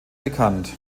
bekannt